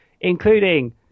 Including